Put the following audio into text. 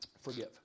Forgive